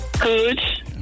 Good